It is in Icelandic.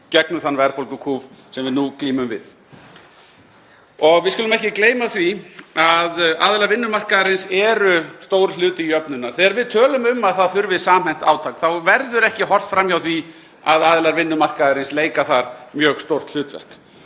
gegnum þann verðbólgukúf sem við nú glímum við. Við skulum ekki gleyma því að aðilar vinnumarkaðarins eru stór hluti jöfnunnar. Þegar við tölum um að það þurfi samhent átak þá verður ekki horft fram hjá því að aðilar vinnumarkaðarins leika þar mjög stórt hlutverk.